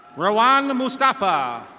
rowan mustafa.